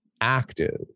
active